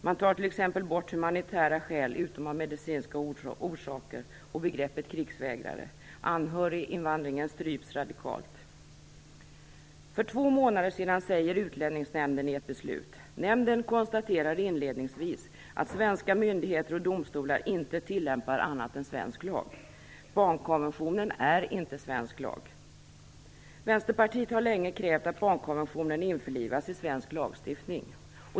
Man tar t.ex. bort humanitära skäl, utom av medicinska orsaker, och begreppet krigsvägrare. Anhöriginvandringen stryps radikalt. För två månader sedan säger Utlänningsnämnden i ett beslut: "Nämnden konstaterar inledningsvis att svenska myndigheter och domstolar inte tillämpar annat än svensk lag. Barnkonventionen är inte svensk lag." Vänsterpartiet har länge krävt att barnkonventionen införlivas i svensk lagstiftning.